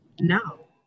No